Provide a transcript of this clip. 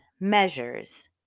measures